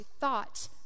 thought